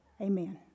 Amen